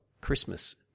Christmas